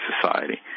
society